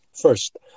first